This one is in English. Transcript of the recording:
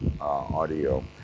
audio